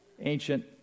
ancient